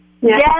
Yes